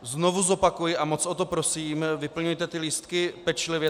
Znovu zopakuji a moc o to prosím, vyplňujte ty lístky pečlivě.